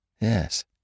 Yes